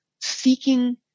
seeking